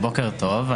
בוקר טוב.